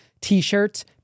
T-shirts